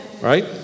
Right